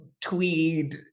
tweed